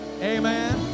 amen